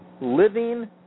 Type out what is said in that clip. Living